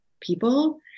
people